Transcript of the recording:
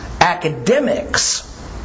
Academics